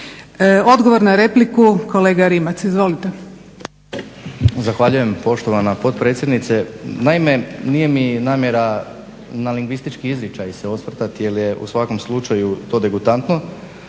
Odgovor na repliku, kolega Rimac. Izvolite. **Rimac, Damir (SDP)** Zahvaljujem poštovana potpredsjednice. Naime, nije mi namjera na lingvistički izričaj se osvrtati, jer je u svakom slučaju to degutantno.